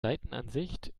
seitenansicht